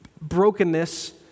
brokenness